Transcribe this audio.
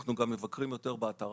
אנחנו גם מבקרים יותר באתרים